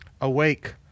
Awake